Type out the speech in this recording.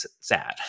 sad